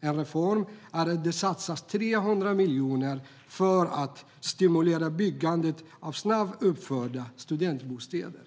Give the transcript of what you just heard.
En reform är att det satsas 300 miljoner för att stimulera byggandet av snabbuppförda studentbostäder.